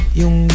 yung